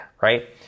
right